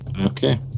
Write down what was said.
Okay